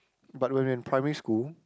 but when we were in primary school